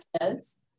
kids